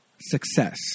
success